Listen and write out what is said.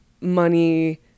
money